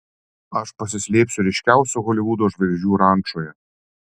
aš pasislėpsiu ryškiausių holivudo žvaigždžių rančoje